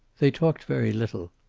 they talked very little.